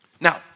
Now